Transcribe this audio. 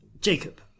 jacob